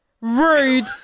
rude